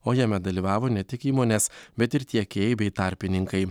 o jame dalyvavo ne tik įmonės bet ir tiekėjai bei tarpininkai